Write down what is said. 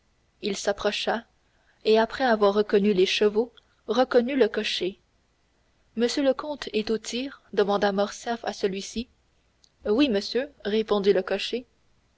il s'approcha et après avoir reconnu les chevaux reconnut le cocher m le comte est au tir demanda morcerf à celui-ci oui monsieur répondit le cocher